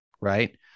right